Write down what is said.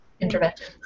intervention